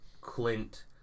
Clint